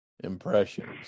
Impressions